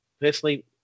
personally